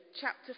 chapter